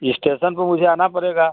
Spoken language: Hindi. इस्टेसन पर मुझे आना पड़ेगा